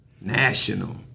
National